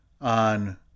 on